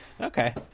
Okay